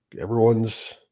everyone's